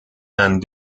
and